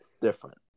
different